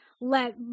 let